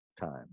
time